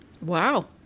Wow